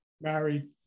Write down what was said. married